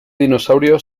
dinosaurio